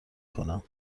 کنم